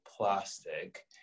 plastic